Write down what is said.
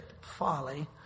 folly